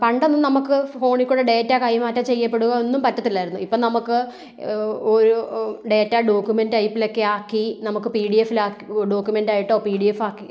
പണ്ടൊന്നും നമുക്ക് ഫോണിൽ കൂടെ ഡേറ്റ കൈമാറ്റം ചെയ്യപ്പെടുവോ ഒന്നും പറ്റത്തില്ലായിരുന്നു ഇപ്പം നമുക്ക് ഒരു ഡേറ്റ ഡോക്യൂമെൻറ് ടൈപ്പിലക്കെ ആക്കി നമുക്ക് പി ടി എഫില് ആക്കി ഡോക്യൂമെൻറ് ആയിട്ടോ പി ഡി എഫ് ആക്കി